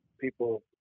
people